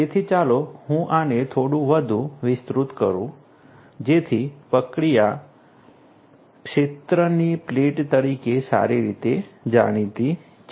તેથી ચાલો હું આને થોડું વધુ વિસ્તૃત કરું જેથી પ્રક્રિયા ક્ષેત્રથી પ્લેટ તરીકે સારી રીતે જાણીતી છે